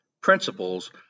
principles